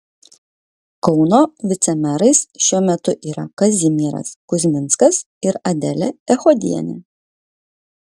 kauno vicemerais šiuo metu yra kazimieras kuzminskas ir adelė echodienė